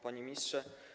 Panie Ministrze!